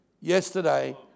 yesterday